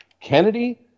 Kennedy